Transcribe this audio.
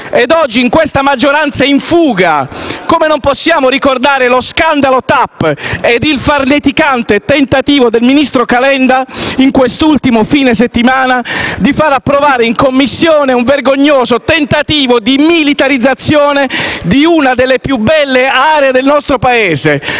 Oggi, in questa maggioranza in fuga, come non possiamo ricordare lo scandalo TAP (Trans Adriatic Pipeline) e il farneticante tentativo del ministro Calenda, in quest'ultimo fine settimana, di far approvare in Commissione la vergognosa militarizzazione di una delle più belle aree del nostro Paese?